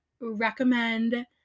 recommend